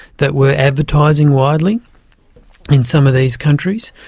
that were advertising widely in some of these countries,